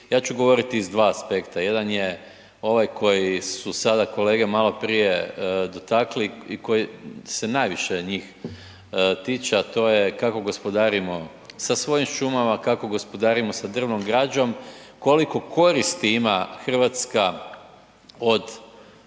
ja ću govoriti iz dva aspekta, jedan je ovaj koji su sada kolege maloprije dotakli i koji se najviše njih tiče a to je kako gospodarimo sa svojim šumama, kako gospodarimo sa drvnom građom, koliko koristi ima Hrvatska od